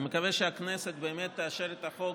אני מקווה שהכנסת באמת תאשר את החוק